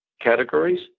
categories